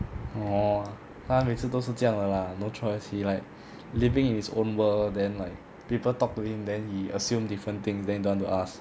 orh 他每次都是这样的 lah no choice he like living in his own world then like people talk to him then he assume different thing then don't want to ask